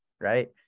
right